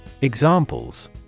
Examples